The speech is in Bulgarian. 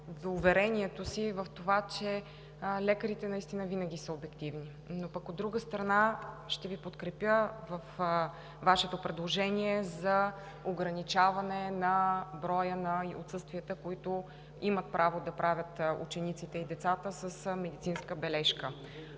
уверението си в това, че лекарите наистина винаги са обективни, но пък от друга страна, ще Ви подкрепя във Вашето предложение за ограничаване на броя на отсъствията, които имат право да правят учениците и децата с медицинска бележка.